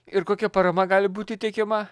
ir kokia parama gali būti teikiama